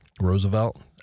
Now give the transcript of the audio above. roosevelt